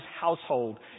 household